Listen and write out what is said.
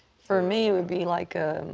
for me, it would be like a